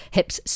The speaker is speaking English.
Hips